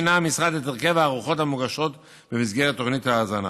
שינה המשרד את הרכב הארוחות המוגשות במסגרת תוכנית ההזנה.